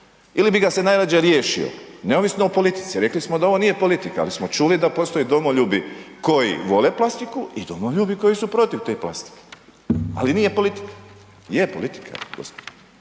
ili bi ga se najradije riješio neovisno o politici, rekli smo da ovo nije politika, ali smo čuli da postoje domoljubi koji vole plastiku i domoljubi koji su protiv te plastike. Ali nije politika, je, politika je, gospodo.